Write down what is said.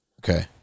Okay